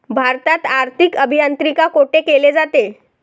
भारतात आर्थिक अभियांत्रिकी कोठे केले जाते?